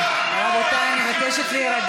היושבת-ראש, אני מבקש תוספת זמן,